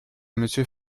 monsieur